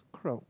crowd